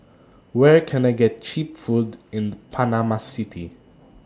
Where Can I get Cheap Food in Panama City